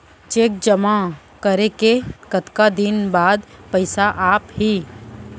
Cheque जेमा करें के कतका दिन बाद पइसा आप ही?